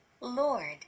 Lord